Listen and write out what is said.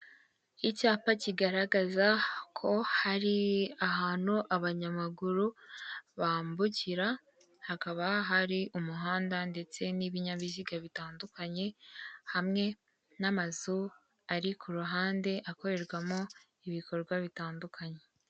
Icyapa kigaragaza ko hari ahantu abanyamaguru bambukira, hakaba hari umuhanda ndetse n'ibinyabiziga bitandukanye, hamwe n'amazu ari ku ruhande, akorerwamo ibikorwa bitandukanye.